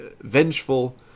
vengeful